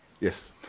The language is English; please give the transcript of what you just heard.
Yes